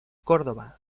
córdoba